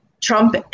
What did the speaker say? Trump